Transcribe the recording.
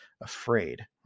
afraid